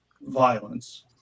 Violence